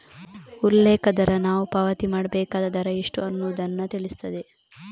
ಉಲ್ಲೇಖ ದರ ನಾವು ಪಾವತಿ ಮಾಡ್ಬೇಕಾದ ದರ ಎಷ್ಟು ಅನ್ನುದನ್ನ ತಿಳಿಸ್ತದೆ